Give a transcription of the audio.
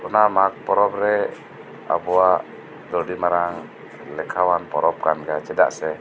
ᱚᱱᱟ ᱢᱟᱜᱽ ᱯᱚᱨᱚᱵᱽ ᱨᱮ ᱟᱵᱩᱣᱟᱜ ᱫᱚ ᱟᱹᱰᱤ ᱢᱟᱨᱟᱝ ᱞᱮᱠᱦᱟᱣᱟᱱ ᱯᱚᱨᱚᱵᱽ ᱠᱟᱱᱜᱮᱭᱟ ᱪᱮᱫᱟᱜ ᱥᱮ